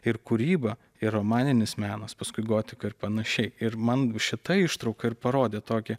ir kūryba ir romaninis menas paskui gotika ir panašiai ir man šita ištrauka ir parodė tokį